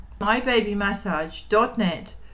mybabymassage.net